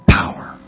power